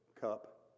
cup